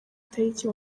tariki